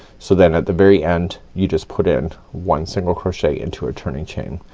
so then at the very end you just put in one single crochet into a turning chain.